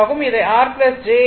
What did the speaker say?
இதை R jX எனக் கூறலாம்